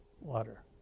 water